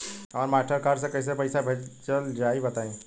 हमरा Mastercard से कइसे पईसा भेजल जाई बताई?